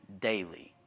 daily